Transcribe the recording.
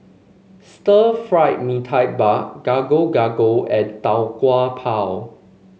Stir Fried Mee Tai Mak Gado Gado and Tau Kwa Pau